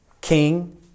King